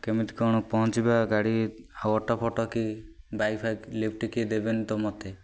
କେମିତି କ'ଣ ପହଞ୍ଚିବା ଗାଡ଼ି ଆଉ ଅଟୋ ଫଟ କି ବାଇକ୍ ଫାଇକ୍ ଲିଫ୍ଟ କିଏ ଦେବେନି ତ ମୋତେ